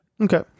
Okay